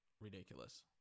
ridiculous